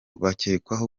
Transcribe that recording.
bakekwaho